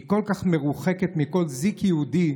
היא כל כך מרוחקת מכל זיק יהודי,